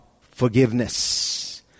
forgiveness